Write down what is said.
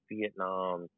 Vietnam